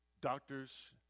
doctors